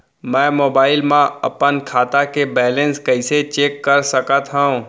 मैं मोबाइल मा अपन खाता के बैलेन्स कइसे चेक कर सकत हव?